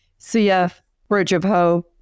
cfbridgeofhope